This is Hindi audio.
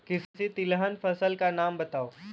किसी तिलहन फसल का नाम बताओ